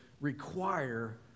Require